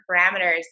parameters